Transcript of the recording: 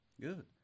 Good